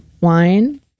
Wine